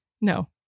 No